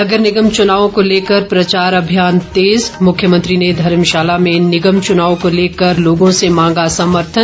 नगर निगम चुनावों को लेकर प्रचार अभियान तेज़ मुख्यमंत्री ने धर्मशाला में निगम चुनावों को लेकर लोगों से मांगा समर्थन